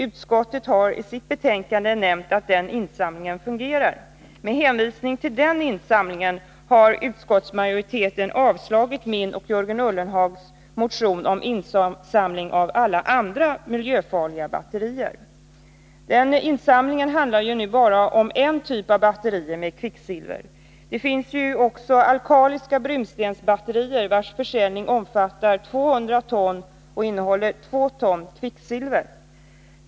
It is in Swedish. Utskottet har i sitt betänkande nämnt att den insamlingen fungerar. Med hänvisning till den insamlingen har utskottsmajoriteten avstyrkt min och Jörgen Ullenhags motion om insamling av alla andra miljöfarliga batterier. Insamlingen handlar nu bara om en typ av batterier med kvicksilver. Det finns också alkaliska brunstensbatterier, vilkas försäljning omfattar 200 ton och som innehåller 2 ton kvicksilver.